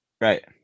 right